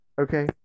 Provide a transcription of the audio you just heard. Okay